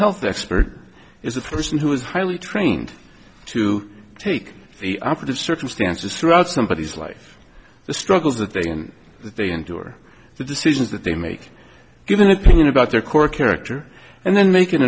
health expert is a person who is highly trained to take the operative circumstances throughout somebodies life the struggles that they and they endure the decisions that they make given opinion about their core character and then make an